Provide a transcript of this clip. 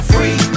Free